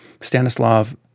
Stanislav